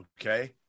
Okay